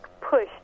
push